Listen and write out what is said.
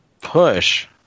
push